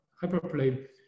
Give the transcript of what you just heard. hyperplane